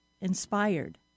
inspired